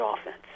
offense